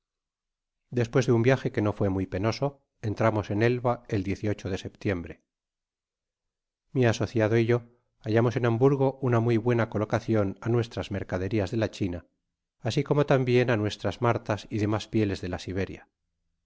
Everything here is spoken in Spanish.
despues de un viaje que no fué muy penoso entramos en elva el el de setiembre mi asociado y yo hallamos en hamburgo una muy buena cclocaeion á nuestras merca derlas da la china asi eomo tambien á nuestras martas y demas pieles de la sjberia